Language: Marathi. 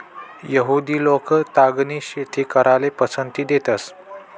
यहुदि लोक तागनी शेती कराले पसंती देतंस